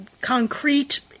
concrete